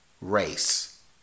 race